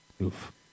Oof